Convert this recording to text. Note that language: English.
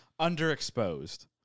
underexposed